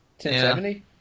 1070